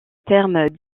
terme